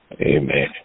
Amen